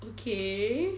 okay